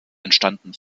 entstanden